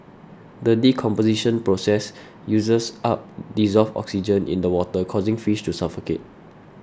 the decomposition process uses up dissolved oxygen in the water causing fish to suffocate